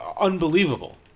unbelievable